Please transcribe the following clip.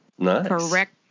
Correct